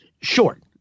Short